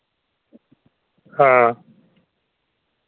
हां